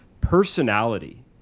personality